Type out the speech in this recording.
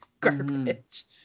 garbage